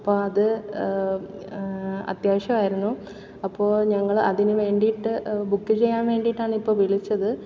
അപ്പം അത് അത്യാവശ്യമായിരുന്നു അപ്പോൾ ഞങ്ങളതിനു വേണ്ടിയിട്ട് ബുക്ക് ചെയ്യാൻ വേണ്ടിയിട്ടാണ് ഇപ്പോൾ വിളിച്ചത്